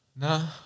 No